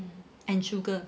and sugar